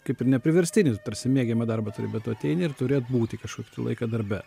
kaip ir nepriverstinį tarsi mėgiamą darbą turi bet tu ateini ir turi atbūti kažkokį tai laiką darbe